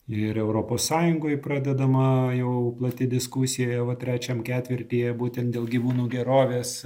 ir europos sąjungoj pradedama jau plati diskusija va trečiam ketvirtyje būtent dėl gyvūnų gerovės